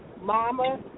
mama